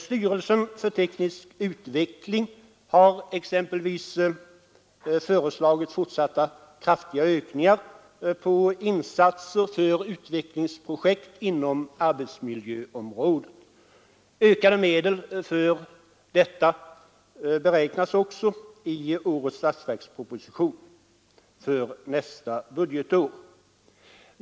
Styrelsen för teknisk utveckling har exempelvis föreslagit fortsatta kraftiga ökningar av insatserna för utvecklingsprojekt inom arbetsmiljöområdet. Ökade medel beräknas också i statsverkspropositionen till detta ändamål för nästa budgetår.